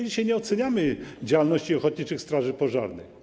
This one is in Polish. Dzisiaj nie oceniamy działalności ochotniczych straży pożarnych.